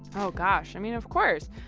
oh gosh. i mean, of course.